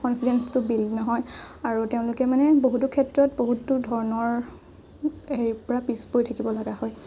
কনফিডেঞ্চটো build নহয় আৰু তেওঁলোকে মানে বহুতো ক্ষেত্ৰত বহুতো ধৰণৰ হেৰি পৰা পিছ পৰি থাকিব লগা হয়